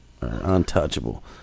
untouchable